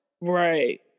Right